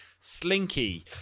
Slinky